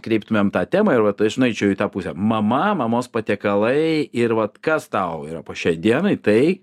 kreiptumėm tą temą ir vat aš nueičiau į tą pusę mama mamos patiekalai ir vat kas tau yra po šiai dienai tai